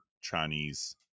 Chinese